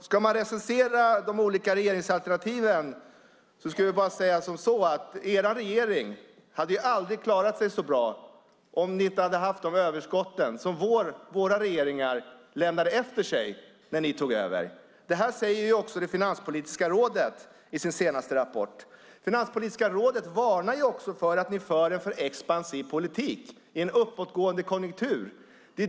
Ska man recensera de olika regeringsalternativen kan jag säga att er regering aldrig hade klarat sig så bra, Carl B Hamilton, om ni inte hade haft de överskott som våra regeringar lämnade efter sig när ni tog över. Det säger också Finanspolitiska rådet i sin senaste rapport. Finanspolitiska rådet varnar även för att regeringen för en alltför expansiv politik i en uppåtgående konjunktur.